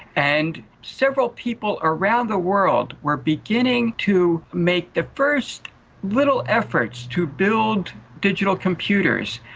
and several people around the world were beginning to make the first little efforts to build digital computers.